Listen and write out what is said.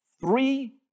three